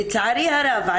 לצערי הרב,